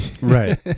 right